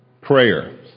prayer